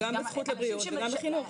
גם בזכות לבריאות וגם בחינוך.